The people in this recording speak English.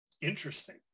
interesting